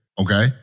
Okay